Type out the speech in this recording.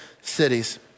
cities